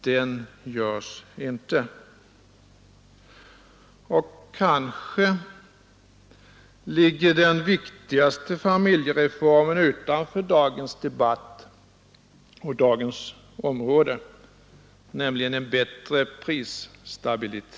Den görs inte. Och kanske ligger den viktigaste familjereformen utanför dagens debatt och debattområde, nämligen en bättre prisstabilitet.